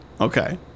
Okay